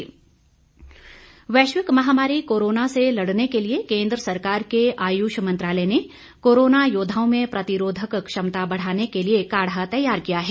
आयुर्वेद वैश्विक महामारी कोरोना से लड़ने के लिए केन्द्र सरकार के आयुष मंत्रालय ने कोरोना योद्दाओं में प्रतिरोधक क्षमता को बढ़ाने के लिए काढ़ा तैयार किया है